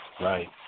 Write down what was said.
Right